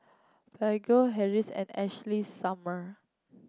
Baggu Hardy's and Ashley Summer